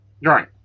Right